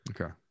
Okay